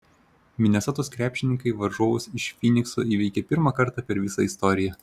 minesotos krepšininkai varžovus iš fynikso įveikė pirmą kartą per visą istoriją